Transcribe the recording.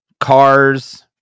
cars